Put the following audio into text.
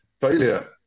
failure